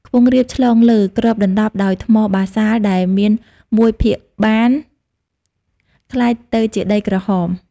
ខ្ពង់រាបឆ្លងលើ គ្របដណ្តប់ដោយថ្មបាសាល់ ដែលមានមួយភាគបាន ក្លាយទៅជាដីក្រហម ។